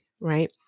right